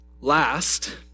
Last